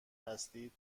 هستید